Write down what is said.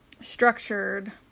structured